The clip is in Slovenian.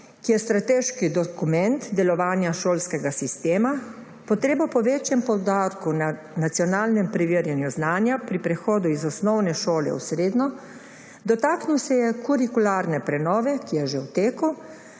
ki je strateški dokument delovanja šolskega sistema, potrebo po večjem poudarku na nacionalnem preverjanju znanja pri prehodu iz osnovne šole v srednjo. Dotaknil se je kurikularne prenove, ki je že v teku.